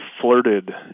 flirted